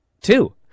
Two